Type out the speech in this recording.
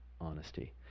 honesty